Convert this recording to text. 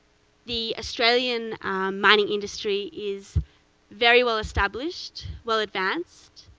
the australian mining industry is very well established, well advanced,